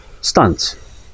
stunts